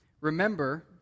remember